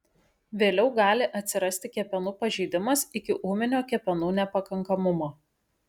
vėliau gali atsirasti kepenų pažeidimas iki ūminio kepenų nepakankamumo